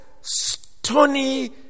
stony